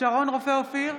שרון רופא אופיר,